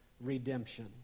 redemption